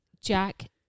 jack